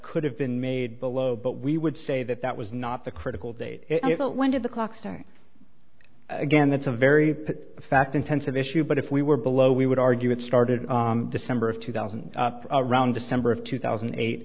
could have been made below but we would say that that was not the critical date but when did the clock start again that's a very fact intensive issue but if we were below we would argue it started december of two thousand round december of two thousand and eight